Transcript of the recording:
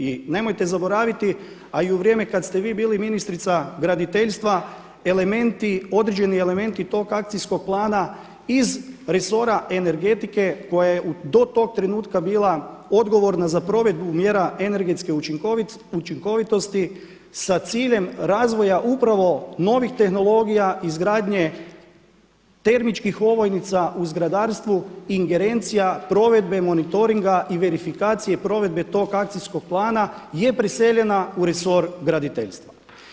I nemojte zaboraviti a i u vrijeme kada ste vi bili ministrica graditeljstva elementi, određeni elementi tog akcijskog plana iz resora energetike koja je do tog trenutka bila odgovorna za provedbu mjera energetske učinkovitosti sa ciljem razvoja upravo novih tehnologija, izgradnje termičkih ovojnica u zgradarstvu, ingerencija, provedbe, monitoringa i verifikacije i provedbe tog akcijskog plana je preseljena u resor graditeljstva.